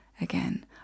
again